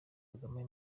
kagame